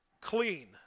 clean